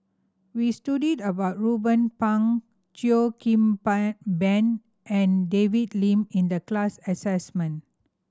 we studied about Ruben Pang Cheo Kim Ban and David Lim in the class assignment